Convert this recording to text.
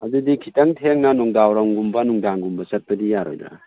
ꯑꯗꯨꯗꯤ ꯈꯤꯇꯪ ꯊꯦꯡꯅ ꯅꯨꯡꯗꯥꯡ ꯋꯥꯏꯔꯝꯒꯨꯝꯕ ꯅꯨꯡꯗꯥꯡꯒꯨꯝꯕ ꯆꯠꯄꯗꯤ ꯌꯥꯔꯣꯏꯗ꯭ꯔꯥ